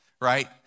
right